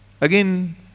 again